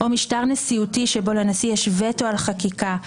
או משטר נשיאותי שבו לנשיא יש וטו על חקיקה,